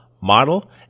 model